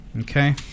okay